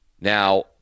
Now